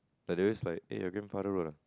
they always like eh your grandfather road ah